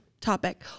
topic